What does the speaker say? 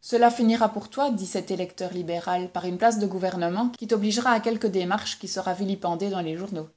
cela finira pour toi dit cet électeur libéral par une place de gouvernement qui t'obligera à quelque démarche qui sera vilipendée dans les journaux